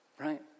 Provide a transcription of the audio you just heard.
Right